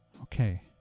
Okay